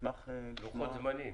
לוחות זמנים.